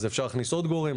אז אפשר להכניס עוד גורם,